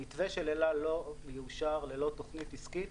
המתווה של אל על לא יאושר ללא תוכנית עסקית.